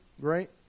great